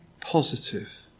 positive